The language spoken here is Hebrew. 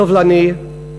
סובלני,